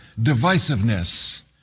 divisiveness